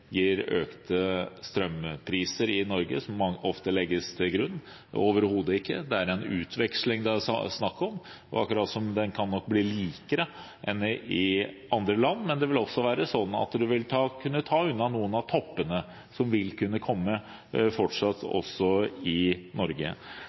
gir økte strømpriser i Norge, som ofte legges til grunn, overhodet ikke – det er en utveksling det er snakk om. Akkurat som den nok kan bli mer lik enn i andre land, vil det også være slik at den vil kunne ta unna noen av toppene, som fortsatt vil kunne komme